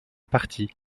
parti